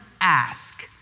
ask